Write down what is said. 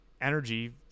energy